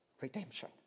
Redemption